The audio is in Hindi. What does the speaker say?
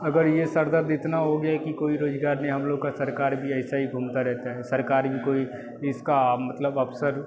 अगर ये सर दर्द इतना हो गया है कि कोई रोज़गार नहीं हम लोग का सरकार भी ऐसा ही घूमता रहता है सरकारी भी कोई इसका मतलब अफ़सर